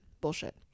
bullshit